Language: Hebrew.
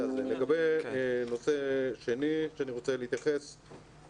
נושא שני אני רוצה להתייחס אליו.